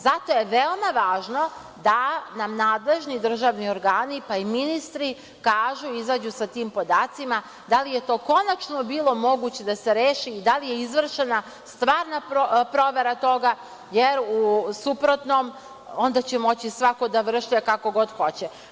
Zato je veoma važno da nam nadležni državni organi, pa i ministri, kažu, izađu sa tim podacima da li je to konačno bilo moguće da se reši i da li je izvršena stvarna provera toga, jer u suprotnom onda će moći svako da vršlja kako god hoće.